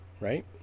Right